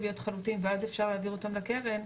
להיות חלוטים ואז אפשר להעביר אותם לקרן,